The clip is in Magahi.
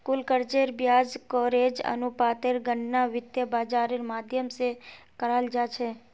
कुल कर्जेर ब्याज कवरेज अनुपातेर गणना वित्त बाजारेर माध्यम से कराल जा छे